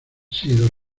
sido